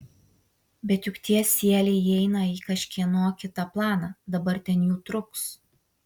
bet juk tie sieliai įeina į kažkieno kito planą dabar ten jų truks